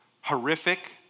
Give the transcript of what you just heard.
horrific